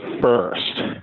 first